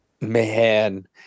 man